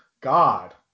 God